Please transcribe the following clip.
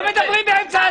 מי נמנע?